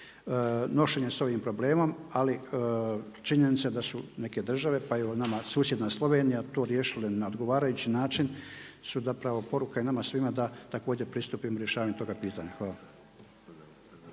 nošenje sa ovim problemom. Ali činjenica je da su neke države, pa evo i nama susjedna Slovenija to riješile na odgovarajući način su zapravo poruka i nama svima da također pristupim rješavanju toga pitanja. Hvala.